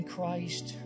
Christ